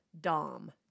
Dom